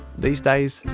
these days,